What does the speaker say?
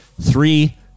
Three